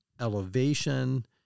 elevation